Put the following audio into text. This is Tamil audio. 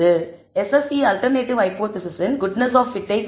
SSE அல்டெர்நேட்டிவ் ஹைபோதேசிஸின் குட்னஸ் ஆப் பிட் ஐ குறிக்கிறது